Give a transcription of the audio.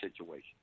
situation